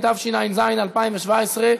התשע"ז 2017,